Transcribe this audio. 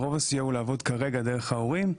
רוב הסיוע הוא לעבוד כרגע דרך ההורים.